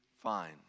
fine